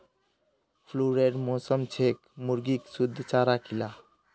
फ्लूरेर मौसम छेक मुर्गीक शुद्ध चारा खिला